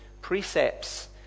precepts